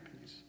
peace